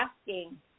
asking